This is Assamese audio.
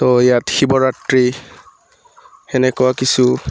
চ' ইয়াত শিৱৰাাত্ৰি সেনেকুৱা কিছু